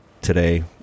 today